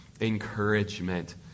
encouragement